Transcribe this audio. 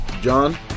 John